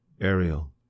ARIEL